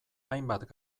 hainbat